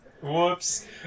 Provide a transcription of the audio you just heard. Whoops